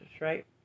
Right